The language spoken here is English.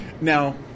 Now